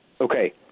okay